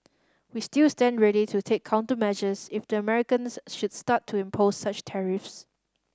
we still stand ready to take countermeasures if the Americans should start to impose such tariffs